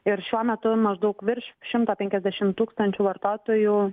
ir šiuo metu maždaug virš šimto penkiasdešim tūkstančių vartotojų